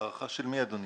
הערכה של מי, אדוני?